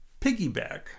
piggyback